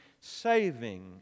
saving